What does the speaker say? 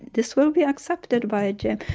this will be accepted by jim.